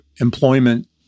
employment